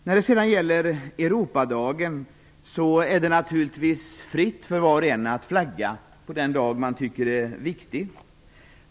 När det sedan gäller Europadagen är det naturligtvis fritt för var och en att flagga på den dag man tycker är viktig.